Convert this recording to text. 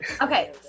okay